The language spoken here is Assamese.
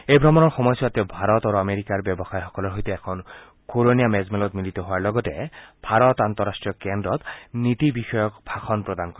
এই ভ্ৰমণৰ সময়ছোৱাত তেওঁ ভাৰত আৰু আমেৰিকাৰ ব্যৱসায়ীসকলৰ সৈতে এখন ঘুৰণীয়া মেজমেলত মিলিত হোৱাৰ লগতে ভাৰত আন্তৰাষ্ট্ৰীয় কেন্দ্ৰত নীতি বিষয়ক ভাষণ প্ৰদান কৰিব